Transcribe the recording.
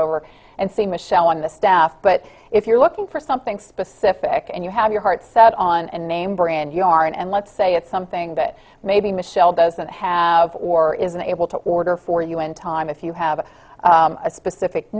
over and see michelle on the staff but if you're looking for something specific and you have your heart set on and name brand you aren't and let's say it's something that maybe michelle doesn't have or isn't able to order for you in time if you have a specific